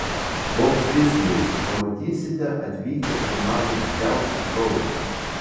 koks tiksliai pamatysite atvykę į mano didžiausią šou